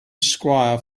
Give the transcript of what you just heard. squire